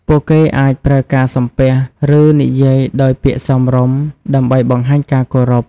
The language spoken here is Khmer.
ពួកគេអាចប្រើការសំពះ ឬនិយាយដោយពាក្យសមរម្យ ដើម្បីបង្ហាញការគោរព។